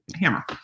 hammer